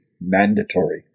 mandatory